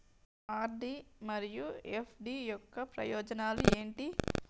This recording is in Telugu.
ఆర్.డి మరియు ఎఫ్.డి యొక్క ప్రయోజనాలు ఏంటి?